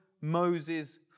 Moses